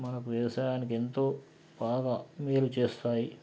మనకు వ్యవసాయానికి ఎంతో బాగా మేలు చేస్తాయి